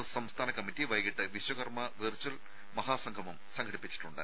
S സംസ്ഥാന കമ്മിറ്റി വൈകിട്ട് വിശ്വകർമ്മ വെർച്വൽ മഹാസംഗമം സംഘടിപ്പിച്ചിട്ടുണ്ട്